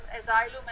asylum